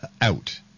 out